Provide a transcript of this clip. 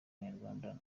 abanyarwanda